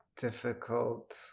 difficult